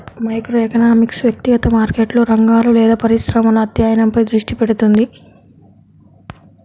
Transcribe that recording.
microeconomics వ్యక్తిగత మార్కెట్లు, రంగాలు లేదా పరిశ్రమల అధ్యయనంపై దృష్టి పెడుతుంది